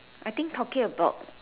I think talking about